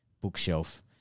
bookshelf